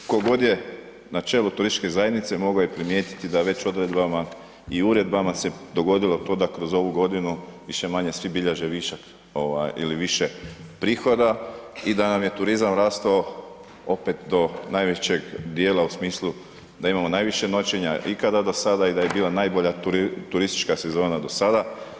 Tko god je na čelu turističke zajednice mogo je primijetiti da već odredbama i uredbama se dogodilo to da kroz ovu godinu više-manje svi bilježe višak ovaj ili više prihoda i da nam je turizam rastavo opet do najvećeg dijela u smislu da imamo najviše noćenja ikada do sada i da je bila najbolja turistička sezona do sada.